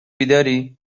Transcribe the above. بیداری